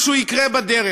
משהו יקרה בדרך,